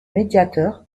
médiateur